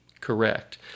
correct